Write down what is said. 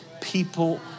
people